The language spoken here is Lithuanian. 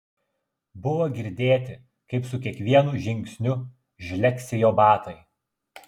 buvo girdėti kaip su kiekvienu žingsniu žlegsi jo batai